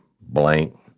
blank